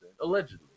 Allegedly